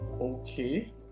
okay